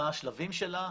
מה השלבים שלה,